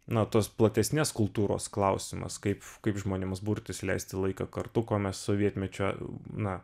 na tos platesnės kultūros klausimas kaip kaip žmonėms burtis leisti laiką kartu ko mes sovietmečio na